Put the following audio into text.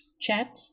chat